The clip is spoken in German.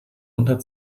unter